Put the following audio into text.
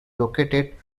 located